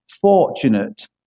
fortunate